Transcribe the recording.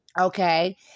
Okay